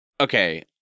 okay